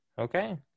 Okay